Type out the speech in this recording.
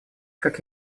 как